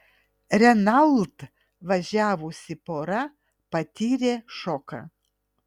renault važiavusi pora patyrė šoką